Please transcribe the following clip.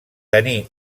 tenir